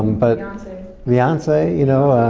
but beyonce. beyonce, you know.